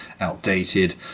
outdated